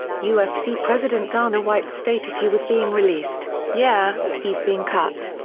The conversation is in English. ufc president dana white stated he was being released, yeah, he's being cut.